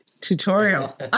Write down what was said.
tutorial